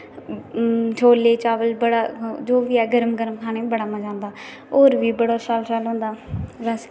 छोले चावल बड़़ा जो बी एह् गर्म गर्म खाने गी बडा मजा आंदा और बी बड़ा सैल शैल होंदा बस